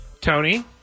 Tony